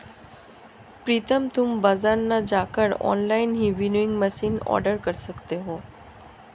प्रितम तुम बाजार ना जाकर ऑनलाइन ही विनोइंग मशीन ऑर्डर कर सकते हो